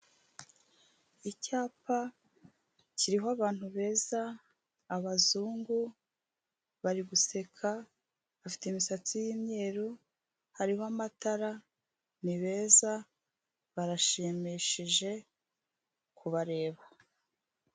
Icyapa kiriho abantu beza abazungu bari guseka bafite imisatsi y'imyeru hariho amatara ni beza barashimishije kubareba.